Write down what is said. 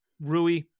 Rui